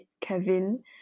Kevin